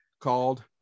called